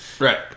Right